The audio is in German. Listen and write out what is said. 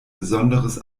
besonderes